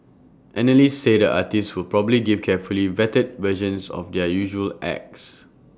analysts say the artists will probably give carefully vetted versions of their usual acts